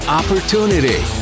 opportunity